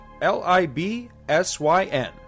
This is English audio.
L-I-B-S-Y-N